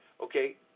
okay